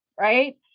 right